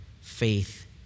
faith